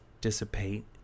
dissipate